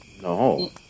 No